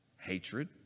hatred